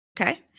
Okay